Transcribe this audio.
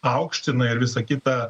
aukština ir visa kita